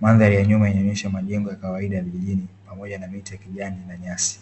Mandhari ya nyuma inaonyesha majengo ya kawaida ya vijijini pamoja na miti ya kijani pamoja na nyasi.